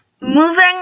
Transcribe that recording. moving